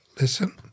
listen